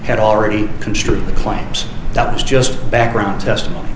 had already construed the claims that was just background testimony